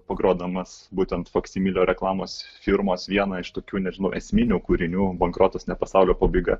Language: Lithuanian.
pagrodamas būtent faksimilių reklamos firmos vieną iš tokių nežinau esminių kūrinių bankrotas ne pasaulio pabaiga